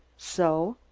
so?